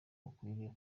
ukwiriye